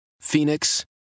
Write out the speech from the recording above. Phoenix